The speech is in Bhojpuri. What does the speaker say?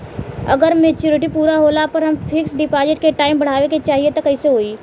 अगर मेचूरिटि पूरा होला पर हम फिक्स डिपॉज़िट के टाइम बढ़ावे के चाहिए त कैसे बढ़ी?